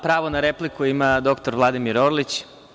Pravo na repliku ima dr Vladimir Orlić.